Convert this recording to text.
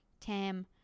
tam